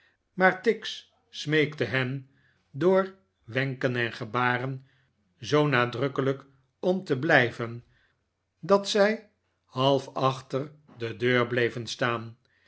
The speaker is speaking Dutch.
maar tiggs smeekte hen door wenken en gebaren zoo nadrukkelijk om te blijven dat zij half achter de deur bleven staan